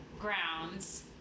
grounds